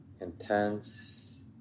intense